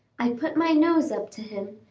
i put my nose up to him,